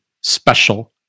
special